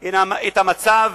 את המצב